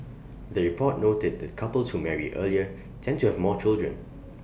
the report noted that couples who marry earlier tend to have more children